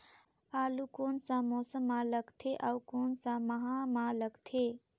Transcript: आलू कोन सा मौसम मां लगथे अउ कोन सा माह मां लगथे?